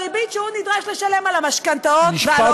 בריבית שהוא נדרש לשלם על המשכנתאות ועל האוברדרפט.